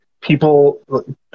people